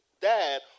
dad